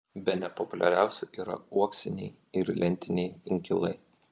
bene populiariausi yra uoksiniai ir lentiniai inkilai